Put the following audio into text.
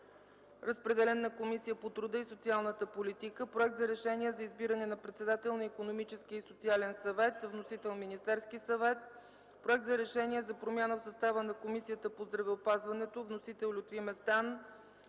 Разпределен е на Комисията по труда и социалната политика. - Проект за решение за избиране на председател на Икономическия и социален съвет. Вносител е Министерският съвет. - Проект за решение за промяна в състава на Комисията по здравеопазването. Вносител е Лютви Местан.